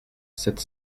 sept